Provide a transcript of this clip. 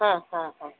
ಹಾಂ ಹಾಂ ಹಾಂ